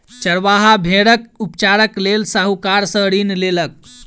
चरवाहा भेड़क उपचारक लेल साहूकार सॅ ऋण लेलक